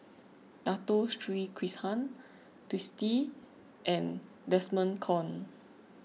Dato Sri Krishna Twisstii and Desmond Kon